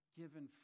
given